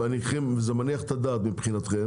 וזה מניח את הדעת מבחינתכם,